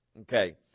Okay